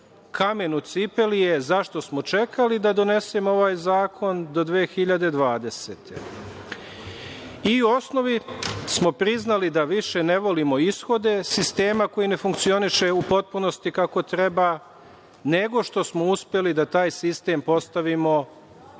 kamen u cipeli je zašto smo čekali da donesemo ovaj zakon do 2020. godine?U osnovi smo priznali da više ne volimo ishode sistema koji ne funkcioniše u potpunosti kako treba, nego što smo uspeli da taj sistem postavimo da